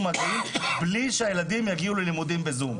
מגעים מבלי שהתלמידים יגיעו למצב של לימודים בזום.